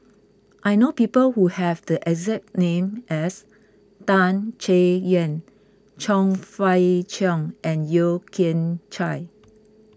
I know people who have the exact name as Tan Chay Yan Chong Fah Cheong and Yeo Kian Chai